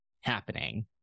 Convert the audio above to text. happening